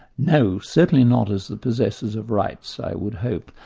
no, certainly not as the possessors of rights i would hope.